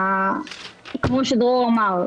כמו שדרור אמר,